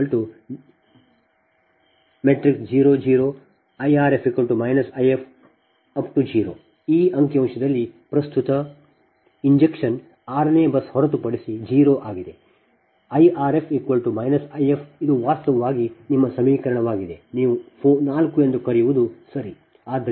Cf0 0 Irf If 0 ಆ ಅಂಕಿ ಅಂಶದಲ್ಲಿ ಪ್ರಸ್ತುತ ಇಂಜೆಕ್ಷನ್ r ನೇ ಬಸ್ ಹೊರತುಪಡಿಸಿ 0 ಆಗಿದೆ I rf I f ಇದು ವಾಸ್ತವವಾಗಿ ನಿಮ್ಮ ಸಮೀಕರಣವಾಗಿದೆ ನೀವು 4 ಎಂದು ಕರೆಯುವದು ಸರಿ